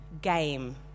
game